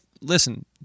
listen